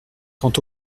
quant